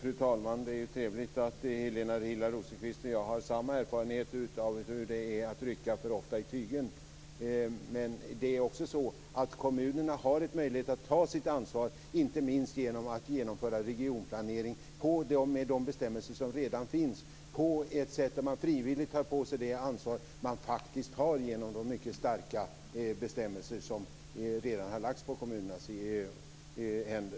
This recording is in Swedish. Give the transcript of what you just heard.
Fru talman! Det är trevligt att Helena Hillar Rosenqvist och jag har samma erfarenhet av hur det är att rycka för ofta i tömmen. Men det är också så att kommunerna har en möjlighet att ta sitt ansvar, inte minst genom att med de bestämmelser som redan finns genomföra regionplanering på ett sådant sätt att man frivilligt tar på sig det ansvar man faktiskt har genom de mycket starka bestämmelser som redan lagts i kommunernas händer.